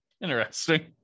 interesting